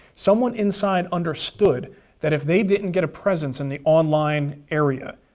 someone inside understood that if they didn't get a presence in the online area,